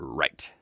right